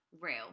Real